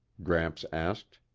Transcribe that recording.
gramps asked.